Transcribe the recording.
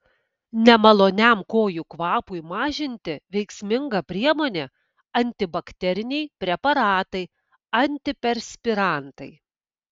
nemaloniam kojų kvapui mažinti veiksminga priemonė antibakteriniai preparatai antiperspirantai